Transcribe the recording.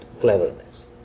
cleverness